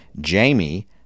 Jamie